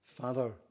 Father